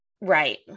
right